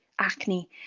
acne